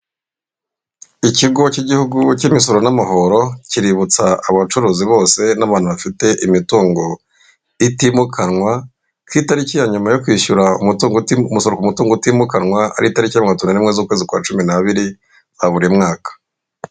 Ikigo cy'igihugu cy'imisoro n'amahoro, kiributsa abacuruzi bose n'abantu bafite imitungo itimukanwa, ko itariki ya nyuma yo kwishyura umusoro ku mutungo utimukanwa, ari itariki ya mirongo itatu n'imwe z'ukwezi kwa cumi n'abiri kwa buri mwaka.